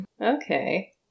Okay